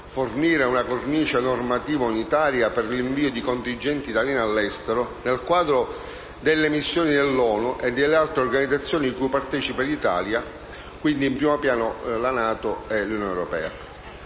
fornire una cornice normativa unitaria per l'invio di contingenti italiani all'estero, nel quadro delle missioni dell'ONU e delle altre organizzazioni cui partecipa l'Italia (in primo piano, la NATO e l'Unione europea).